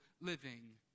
living